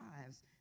lives